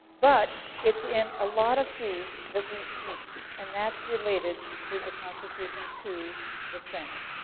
but, it's in a lot of foods that we eat. and, that's related to the constitution to the senate.